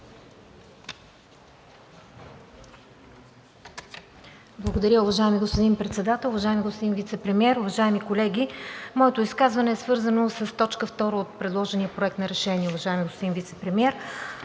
Благодаря, уважаеми господин Председател. Уважаеми господин Вицепремиер, уважаеми колеги! Моето изказване е свързано с точка втора от предложения Проект на решение, уважаеми господин Вицепремиер,